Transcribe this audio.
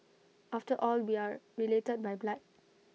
after all we are related by blood